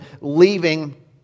leaving